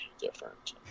different